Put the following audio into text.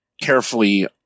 carefully